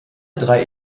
drei